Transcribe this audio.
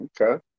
okay